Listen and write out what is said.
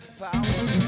power